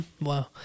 Wow